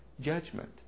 judgment